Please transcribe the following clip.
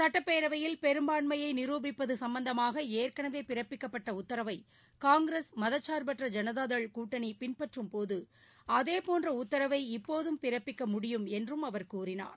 சுட்டப்பேரவையில் பெரும்பான்மையை நிருபிப்பது சும்பந்தமாக ஏற்கனவே பிறப்பிக்கப்பட்ட உத்தரவை காங்கிரஸ் மதசார்பற்ற ஜனதாதள் கூட்டணி பின்பற்றும்போது அதேபோன்ற உத்தரவை இப்போதும் பிறப்பிக்க முடியும் என்றும் அவர் கூறினார்